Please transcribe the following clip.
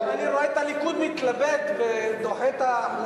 לא, כי אני רואה כי הליכוד מתלבט ודוחה את ההחלטה.